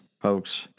folks